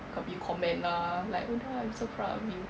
kau punya comment lah like huda I'm so proud of you